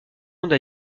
monde